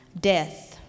Death